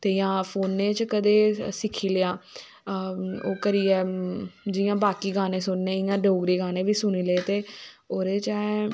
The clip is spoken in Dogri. ते जां फोने चा कदें सिक्खी लेआ ओह् करियै जियां बाकी गाने सुनने ते इयां डोगरी गाने बी सुनी ले ते ओह्दे च